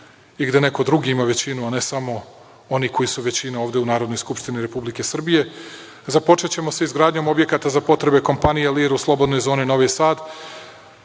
i gde neko drugi ima većinu, a ne samo oni koji su većina ovde u Narodnoj skupštini Republike Srbije. Započećemo sa izgradnjom objekata za potrebe kompanije „Lir“ u slobodnoj zoni Novi Sad.